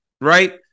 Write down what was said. right